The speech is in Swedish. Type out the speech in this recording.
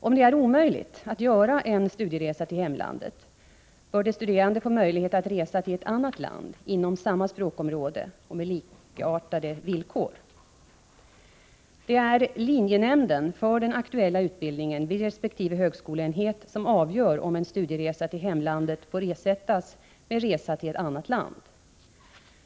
Om det är omöjligt att göra en studieresa till hemlandet, bör de studerande få möjlighet att resa till ett annat land inom samma språkområde och med likartade villkor. Det är linjenämnden för den aktuella utbildningen vid resp. högskoleenhet som avgör om en studieresa till hemlandet får ersättas med resa till annat land.